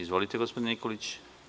Izvolite gospodine Nikolić.